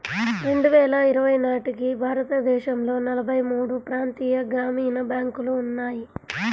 రెండు వేల ఇరవై నాటికి భారతదేశంలో నలభై మూడు ప్రాంతీయ గ్రామీణ బ్యాంకులు ఉన్నాయి